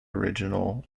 original